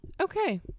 Okay